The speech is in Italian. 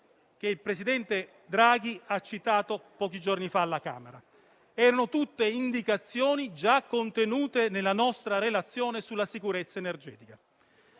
che il presidente Draghi ha citato pochi giorni fa alla Camera dei deputati. Erano tutte indicazioni già contenute nella nostra relazione sulla sicurezza energetica.